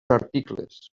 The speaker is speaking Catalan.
articles